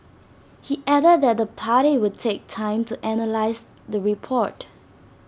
he added that the party would take time to analyse the report